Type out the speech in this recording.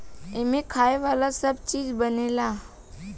एमें खाए वाला सब चीज बनेला